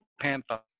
Panther